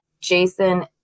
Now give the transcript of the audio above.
Jason